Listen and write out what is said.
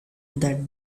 that